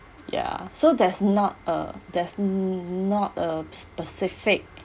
ya so that's not a that's not a specific